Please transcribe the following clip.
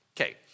Okay